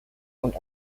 und